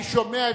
מי נמנע.